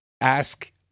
ask